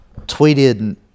tweeted